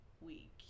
week